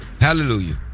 Hallelujah